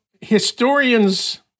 historians